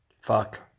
Fuck